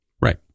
Right